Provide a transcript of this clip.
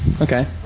Okay